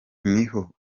niho